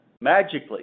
magically